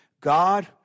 God